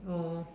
oh